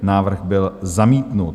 Návrh byl zamítnut.